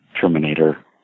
Terminator